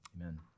Amen